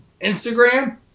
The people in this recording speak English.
Instagram